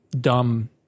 dumb